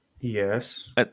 Yes